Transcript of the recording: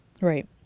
Right